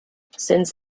since